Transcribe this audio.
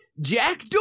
Jack